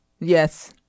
Yes